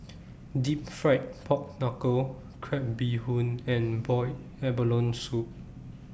Deep Fried Pork Knuckle Crab Bee Hoon and boiled abalone Soup